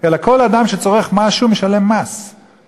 אלא כל אדם שצורך משהו משלם מס,